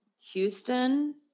Houston